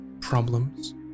problems